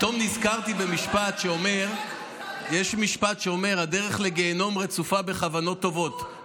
פתאום נזכרתי במשפט שאומר שהדרך לגיהינום רצופה בכוונות טובות,